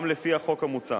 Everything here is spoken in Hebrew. גם לפי החוק המוצע.